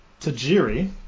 Tajiri